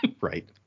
Right